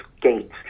Gates